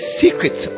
secret